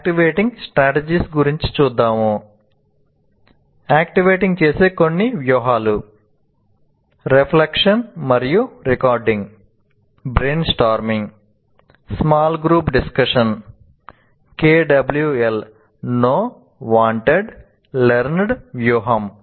activating చేసే కొన్ని వ్యూహాలు రిఫ్లెక్షన్ మరియు రికార్డింగ్ వ్యూహం